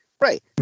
Right